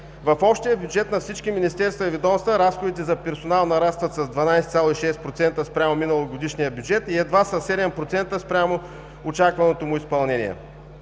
В общия бюджет на всички министерства и ведомства разходите за персонал нарастват с 12,6% спрямо миналогодишния бюджет и едва със 7% спрямо очакваното му изпълнение.